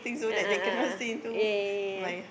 a'ah a'ah a'ah yeah yeah yeah yeah yeah